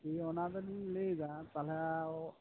ᱴᱷᱤᱠ ᱜᱮᱭᱟ ᱚᱱᱟ ᱫᱚᱞᱤᱧ ᱞᱟᱹᱭᱮᱫᱟ ᱛᱟᱦᱚᱞᱮ ᱚᱻ